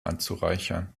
anzureichern